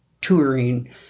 touring